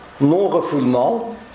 non-refoulement